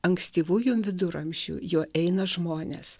ankstyvųjų viduramžių juo eina žmonės